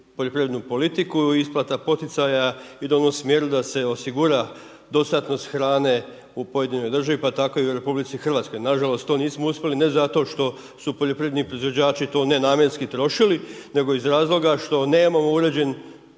poljoprivrednu politiku, isplata poticaj ide u onom smjeru da se osigura dostatnost hrane u pojedinoj državi pa tako i u RH. Nažalost to nismo uspjeli ne zato što su poljoprivredni proizvođači nenamjenski trošili, nego iz razloga što nemamo uređeno